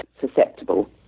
susceptible